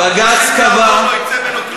בג"ץ קבע, שום דבר טוב לא יצא ממנו.